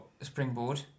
springboard